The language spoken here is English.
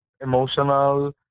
emotional